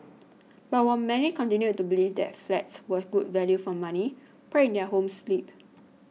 but while many continued to believe that flats were good value for money pride in their homes slipped